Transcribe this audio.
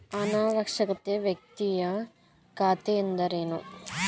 ಅನಕ್ಷರಸ್ಥ ವ್ಯಕ್ತಿಯ ಖಾತೆ ಎಂದರೇನು?